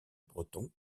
breton